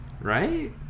Right